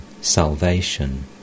salvation